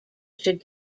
should